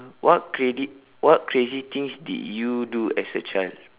what crazy what crazy things did you do as a child